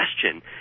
question